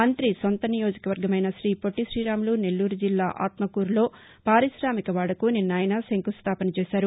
మంతి సొంత నియోజకవర్గమైన శీపాట్టిశీరాములు నెల్లూరు జిల్లా ఆత్మకూరులో పారిశామిక వాడకు నిన్న ఆయన శంకుస్టాపన చేశారు